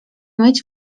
mieć